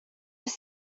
have